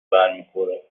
برمیخوره